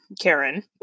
Karen